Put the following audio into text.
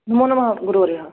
नमोनमः गुरुवर्यः